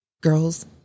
girls